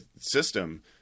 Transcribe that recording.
system